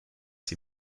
sie